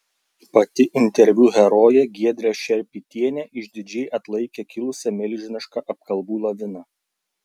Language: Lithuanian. pati interviu herojė giedrė šerpytienė išdidžiai atlaikė kilusią milžinišką apkalbų laviną